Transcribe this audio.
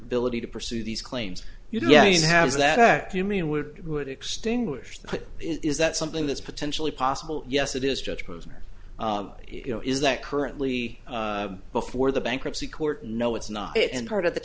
ability to pursue these claims you guys have that act you mean would it would extinguish that is that something that's potentially possible yes it is judge posner you know is that currently before the bankruptcy court no it's not it and part of the